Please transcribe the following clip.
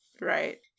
Right